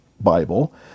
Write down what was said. Bible